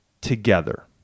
together